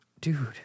Dude